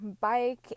bike